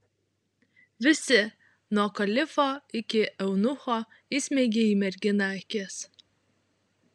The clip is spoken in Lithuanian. visi nuo kalifo iki eunucho įsmeigė į merginą akis